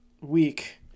week